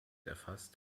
erfasst